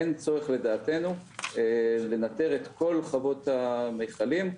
אין צורך לדעתנו לנטר את כל חוות המיכלים,